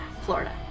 Florida